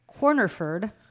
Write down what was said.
Cornerford